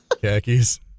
Khakis